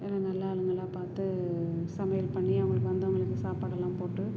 எல்லா நல்ல ஆளுங்களாக பார்த்து சமையல் பண்ணி அவர்களுக்கு வந்தவர்களுக்கு சாப்பாடெல்லாம் போட்டு